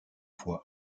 fois